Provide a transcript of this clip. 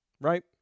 right